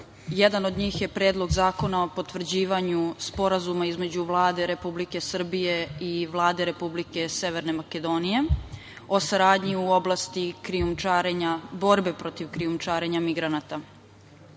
Jedan od njih je Predlog zakona o potvrđivanju Sporazuma između Vlade Republike Srbije i Vlade Republike Severne Makedonije o saradnji u oblasti krijumčarenja, borbe